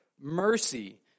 Mercy